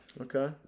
Okay